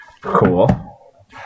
Cool